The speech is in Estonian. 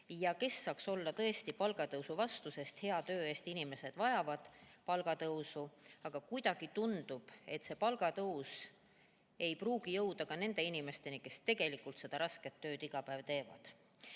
Kes saaks olla palgatõusu vastu, sest hea töö eest inimesed vajavad palgatõusu, aga kuidagi tundub, et see palgatõus ei pruugi jõuda nende inimesteni, kes tegelikult seda rasket tööd iga päev teevad.